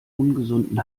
ungesunden